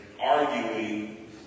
arguing